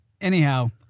Anyhow